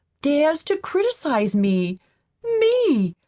dares to criticize me me!